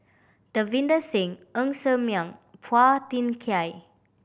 Davinder Singh Ng Ser Miang and Phua Thin Kiay